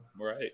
Right